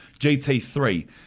GT3